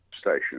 station